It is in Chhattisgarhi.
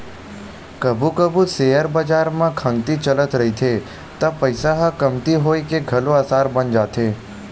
कभू कभू सेयर बजार म खंगती चलत रहिथे त पइसा ह कमती होए के घलो असार बन जाथे